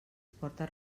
porta